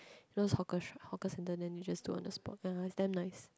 those hawker hawker centres then they just do on the spot ya is damn nice